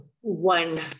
one